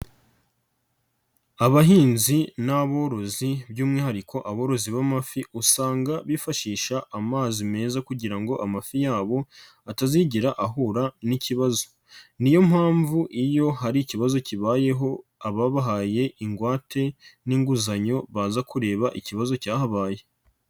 Abahinzi n'aborozi by'umwihariko aborozi b'amafi usanga bifashisha amazi meza kugira ngo amafi yabo atazigera ahura n'ikibazo, ni yo mpamvu iyo hari ikibazo kibayeho ababahaye ingwate n'inguzanyo baza kureba ikibazo cyahabaye.